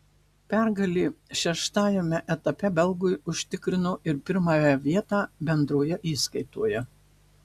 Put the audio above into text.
pergalė šeštajame etape belgui užtikrino ir pirmą vietą bendroje įskaitoje